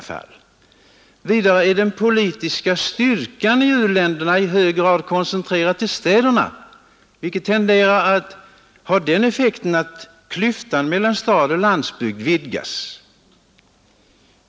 Vidare är den politiska styrkan i u-länderna i hög grad koncentrerad till städerna, vilket har den effekten att klyftan mellan stad och landsbygd tenderar att vidgas.